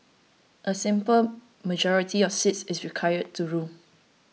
a simple majority of seats is required to rule